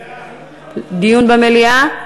מליאה.